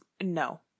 no